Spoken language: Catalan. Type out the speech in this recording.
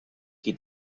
qui